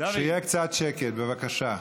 שיהיה קצת שקט בבקשה.